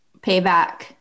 Payback